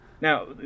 Now